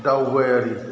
दावबायारि